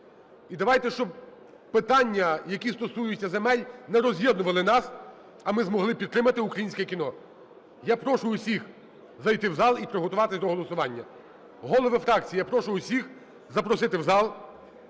І давайте, щоб питання, які стосуються земель не роз'єднували нас, а ми змогли підтримати українське кіно. Я прошу усіх зайти в зал і приготуватись до голосування. Голови фракцій, я прошу усіх запросити в зал,